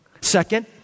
Second